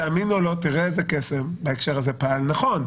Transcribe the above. תאמין או לא תראה איזה קסם בהקשר הזה פעל נכון.